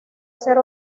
ser